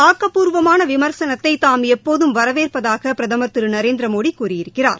ஆக்கப்பூர்வமான விமர்சனத்தை தாம் எப்போதும் வரவேற்பதாக பிரதமர் திரு நரேந்திரமோடி கூறியிருக்கிறார்